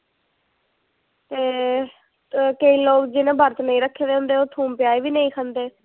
ते केईं लोग जिनें बर्त नेईं रक्खे दे होंदे ओह् थूम प्याज़ नेईं खंदे